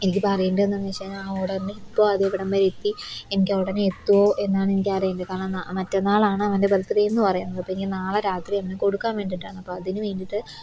എനിക്കിപ്പം അറിയേണ്ടത് എന്താന്ന് വച്ച് കഴിഞ്ഞാൽ ആ ഓർഡറിൻ്റെ ഇപ്പമത് എവിടം വരെ എത്തി എനിക്കുടനെ എത്തുമോ എന്നാണെനിക്കറിയേണ്ടത് കാരണം ന മറ്റന്നാളാണവൻ്റെ ബർത്ത് ഡേ എന്ന് പറയുന്നത് അപ്പോൾ എനിക്ക് നാളെ രാത്രി അവന് കൊടുക്കാൻ വേണ്ടീട്ടാണ് അപ്പം അതിന് വേണ്ടീട്ട്